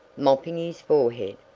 mopping his forehead,